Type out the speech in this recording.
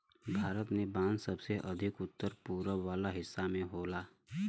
भारत में बांस सबसे अधिका उत्तर पूरब वाला हिस्सा में होला